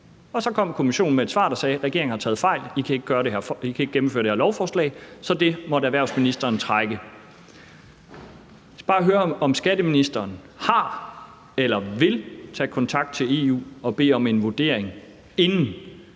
Og så kom Kommissionen med et svar, der sagde, at regeringen havde taget fejl, og at den ikke kunne gennemføre det her lovforslag, så det måtte erhvervsministeren trække tilbage. Jeg skal bare høre, om skatteministeren har taget eller vil tage kontakt til EU og bede om en vurdering, inden